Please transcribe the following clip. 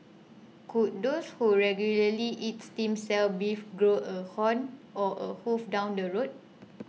could those who regularly eat stem cell beef grow a horn or a hoof down the road